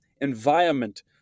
environment